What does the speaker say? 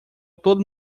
todo